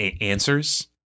answers